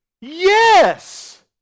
Yes